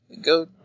go